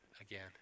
again